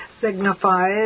signifies